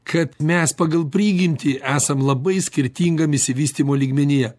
kad mes pagal prigimtį esam labai skirtingam išsivystymo lygmenyje